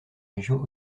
région